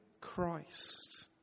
christ